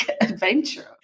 adventure